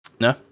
No